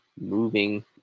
moving